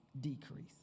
decrease